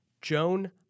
Joan